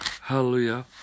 hallelujah